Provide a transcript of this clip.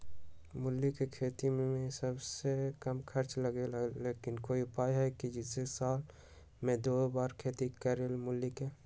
मूली के खेती में सबसे कम खर्च लगेला लेकिन कोई उपाय है कि जेसे साल में दो बार खेती करी मूली के?